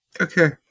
Okay